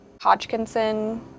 Hodgkinson